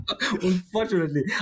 Unfortunately